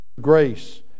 grace